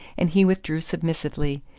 and he withdrew submissively,